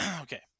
Okay